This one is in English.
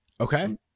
Okay